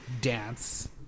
dance